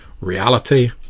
reality